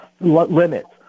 limits